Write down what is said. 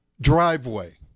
Driveway